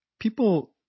people